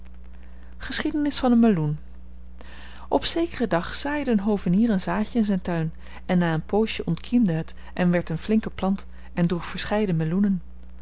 geschiedenis van een meloen op zekeren dag zaaide een hovenier een zaadje in zijn tuin en na een poosje ontkiemde het en werd een flinke plant en droeg verscheiden meloenen